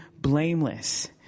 blameless